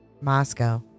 Moscow